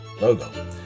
logo